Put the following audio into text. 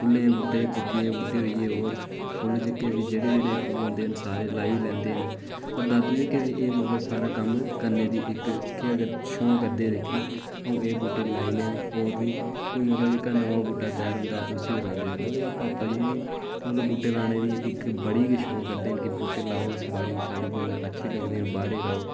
फुल्ले दे बूह्टे गुटि्टयें दे बूह्टे होई गे और फुल्ल जेह्के जेह्ड़े जेह्ड़े बी फुल्ल होंदे न सारे लाई लेदे न पर दादू जेह्के एह् सारे कम्म करने दी इक शौक करदे न एह् बूह्टे लाई लेआ और बी कोई जेह्के नमां बूह़्टा त्यार होंदा उसी बी लांदे ओह्दे बाद पापा जी बी मतलब बूह्टे लाने दी बडी दे शौंक करदे न बूह्टे लाऔ बाडि साढी च मतलब अच्छे लगदे न बारे लाऔ